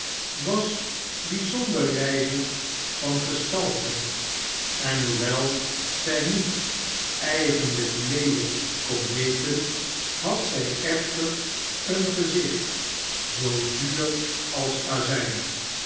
was bijzonder rijzig van gestalte en hoewel zij niet eigenlijk leelijk kon heeten had zij echter een gezicht zoo zuur als azijn